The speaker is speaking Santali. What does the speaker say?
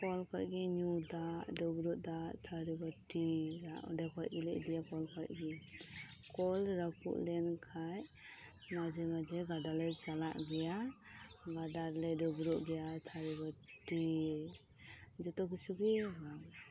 ᱠᱚᱞ ᱠᱷᱚᱱ ᱜᱮ ᱧᱩ ᱫᱟᱜ ᱰᱟᱹᱵᱽᱨᱟᱹᱜ ᱫᱟᱜ ᱛᱷᱟᱹᱨᱤ ᱵᱟᱹᱴᱤ ᱫᱟᱜ ᱚᱸᱰᱮ ᱠᱷᱚᱱ ᱜᱮᱞᱮ ᱤᱫᱤᱭᱟ ᱠᱚᱞ ᱠᱷᱚᱱ ᱜᱮ ᱠᱚᱞ ᱨᱟᱹᱯᱩᱫ ᱞᱮᱱ ᱠᱷᱟᱱ ᱢᱟᱡᱷᱮ ᱢᱟᱡᱷᱮ ᱜᱟᱰᱟ ᱞᱮ ᱪᱟᱞᱟᱜ ᱜᱮᱭᱟ ᱜᱟᱰᱟ ᱨᱮᱞᱮ ᱰᱟᱹᱵᱽᱨᱟᱹᱜ ᱜᱮᱭᱟ ᱟᱨ ᱛᱷᱟᱹᱨᱤ ᱵᱟᱹᱴᱤ ᱡᱚᱛᱚ ᱠᱤᱪᱷᱩᱜᱮ ᱚᱸᱰᱮ